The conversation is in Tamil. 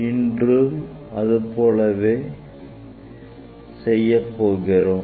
இன்றும் அது போலவே செய்யப்போகிறோம்